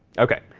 ok,